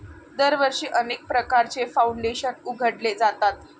दरवर्षी अनेक प्रकारचे फाउंडेशन उघडले जातात